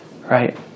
Right